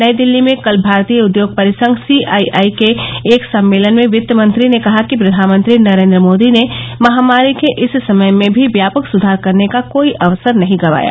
नई दिल्ली में कल भारतीय उद्योग परिसंघ सीआईआई के एक सम्मेलन में वित्तमंत्री ने कहा कि प्रधानमंत्री नरेंद्र मोदी ने महामारी के इस समय में भी व्यापक सुधार करने का कोई अवसर नहीं गंवाया